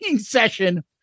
session